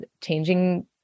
changing